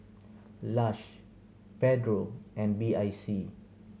Lush Pedro and B I C